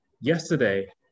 yesterday